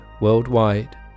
worldwide